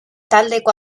taldeko